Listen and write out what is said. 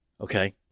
Okay